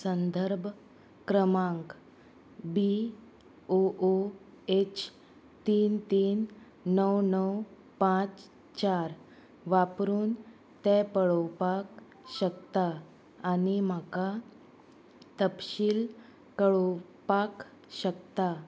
संदर्भ क्रमांक B O O H तीन तीन णव णव पांच चार वापरून तें पळोवपाक शकता आनी म्हाका तपशील कळोवपाक शकता